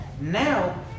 Now